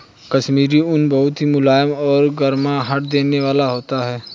कश्मीरी ऊन बहुत मुलायम और गर्माहट देने वाला होता है